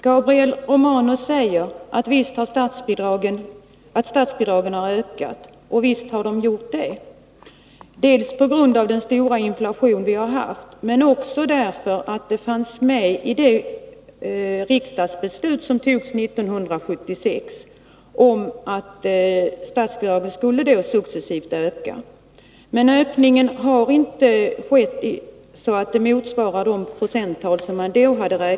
Gabriel Romanus säger att statsbidraget har ökat, och visst har det gjort det, dels på grund av den höga inflation vi har haft, dels därför att det finns ett riksdagsbeslut från 1976 om att statsbidraget successivt skulle öka. Men ökningen har inte skett så att det motsvarar de procenttal som man då räknade med.